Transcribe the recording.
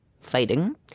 fighting